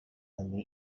than